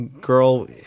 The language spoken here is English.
girl